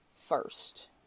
first